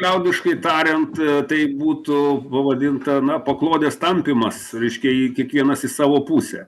liaudiškai tariant tai būtų pavadinta na paklodės tampymas reiškia kiekvienas į savo pusę